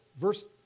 Verse